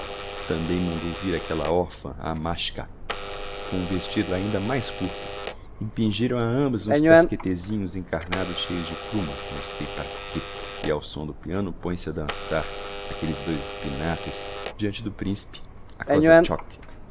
tambem mandou vir aquella orfã a machka com um vestido ainda mais curto impingiram a ambas uns casquêtesinhos encarnados cheios de plumas não sei para quê e ao som do piano põem-se a dansar aquelles dois espinafres deante do principe a